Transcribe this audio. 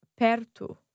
perto